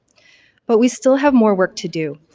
but, we still have more work to do.